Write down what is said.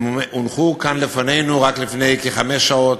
הם הונחו כאן לפנינו רק לפני כחמש שעות.